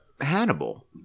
Hannibal